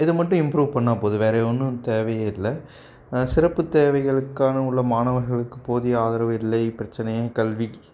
இது மட்டும் இம்ப்ரூவ் பண்ணால் போதும் வேற ஒன்றும் தேவையே இல்லை சிறப்பு தேவைகளுக்கான உள்ள மாணவர்களுக்கு போதிய ஆதரவு இல்லை பிரச்சினையே கல்வி